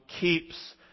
keeps